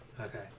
Okay